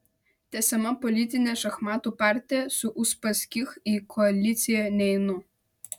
tęsiama politinė šachmatų partija su uspaskich į koaliciją neinu